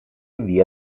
via